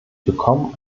bekommen